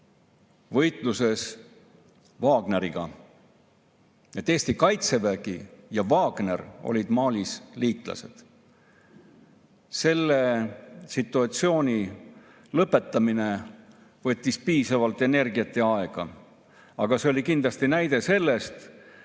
võitluses. Eesti kaitsevägi ja Wagner olid Malis liitlased. Selle situatsiooni lõpetamine võttis piisavalt palju energiat ja aega. See on kindlasti näide sellest, et